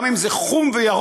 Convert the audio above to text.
גם אם זה חום וירוק,